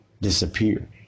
disappear